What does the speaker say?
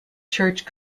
church